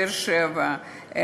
באר-שבע,